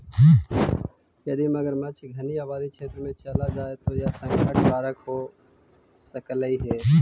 यदि मगरमच्छ घनी आबादी क्षेत्र में चला जाए तो यह संकट कारक हो सकलई हे